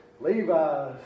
Levi's